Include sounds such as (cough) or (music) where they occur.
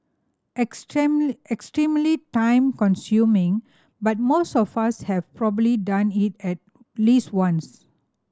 (unintelligible) extremely time consuming but most of us have probably done it at least once